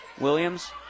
Williams